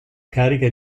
carica